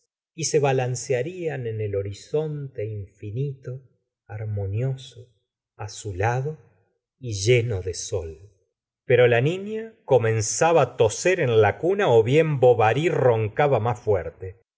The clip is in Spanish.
y se balancearían en el horizonte infinito harmonioso azulado y lleno de sol pero la niña comenzaba á toser en la cuna o bien bovary roncaba más fuerte